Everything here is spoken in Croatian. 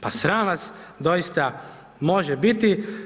Pa sram vas doista može biti.